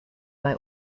bei